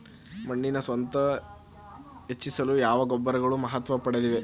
ಮಣ್ಣಿನ ಸತ್ವ ಹೆಚ್ಚಿಸಲು ಯಾವ ಗೊಬ್ಬರಗಳು ಮಹತ್ವ ಪಡೆದಿವೆ?